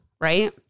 Right